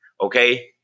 Okay